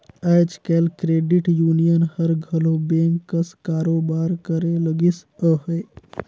आएज काएल credit union हर घलो बेंक कस कारोबार करे लगिस अहे